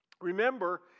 Remember